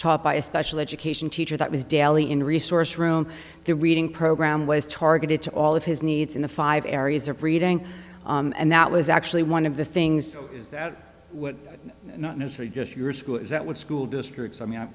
taught by a special education teacher that was daily in resource room the reading program was targeted to all of his needs in the five areas of reading and that was actually one of the things is that not necessarily just your school is that what school districts i mean i